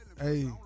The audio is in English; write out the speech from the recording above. Hey